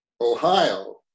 Ohio